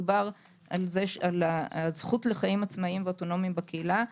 דובר על הזכות לחיים עצמאיים ואוטונומיים בקהילה.